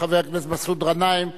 חבר הכנסת מסעוד גנאים.